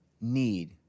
need